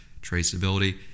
traceability